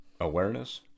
awareness